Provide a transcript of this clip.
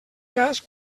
cas